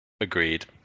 Agreed